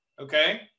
okay